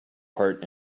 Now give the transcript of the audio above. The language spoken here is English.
part